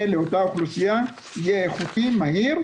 לאותה אוכלוסייה יהיה איכותי ומהיר.